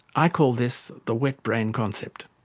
i call this the wet-brain concept.